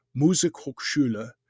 Musikhochschule